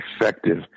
effective